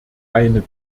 eine